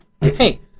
Hey